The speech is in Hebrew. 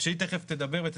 שהיא תיכף תספר על האירוע.